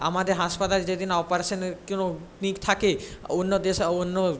আমাদের হাসপাতাল যে দিন অপারেশনের কোনো থাকে অন্য দেশে অন্য